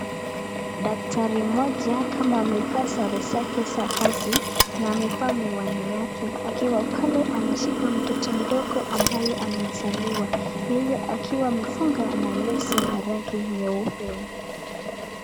Daktari mmoja kama amevaa sare zake za kazi na amevaa miwani yake akiwa pale anashika mtoto mdogo ambaye amezaliwa, yeye akiwa amefunga na leso ya rangi nyeupe.